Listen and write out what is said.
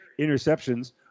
interceptions